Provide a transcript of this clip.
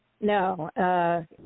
No